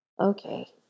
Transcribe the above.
okay